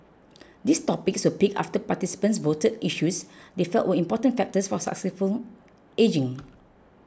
these topics were picked after participants voted for issues they felt were important factors for successful ageing